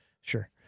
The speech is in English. Sure